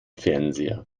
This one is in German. fernseher